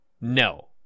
no